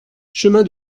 chemin